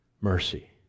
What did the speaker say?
mercy